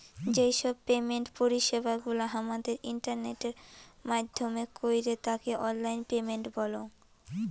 যেই সব পেমেন্ট পরিষেবা গুলা হামাদের ইন্টারনেটের মাইধ্যমে কইরে তাকে অনলাইন পেমেন্ট বলঙ